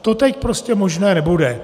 To teď prostě možné nebude.